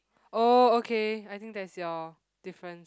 oh okay I think that is your difference